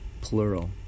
plural